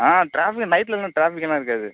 ஆ ட்ராஃபி நைட்லெலாம் ட்ராஃபிக்லாம் இருக்காது